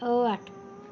ٲٹھ